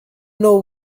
know